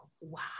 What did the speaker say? wow